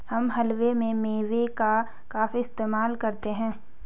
हम हलवे में मेवे का काफी इस्तेमाल करते हैं